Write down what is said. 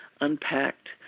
unpacked